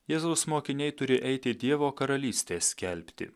jėzaus mokiniai turi eiti dievo karalystės skelbti